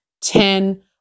ten